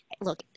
look